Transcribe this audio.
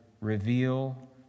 reveal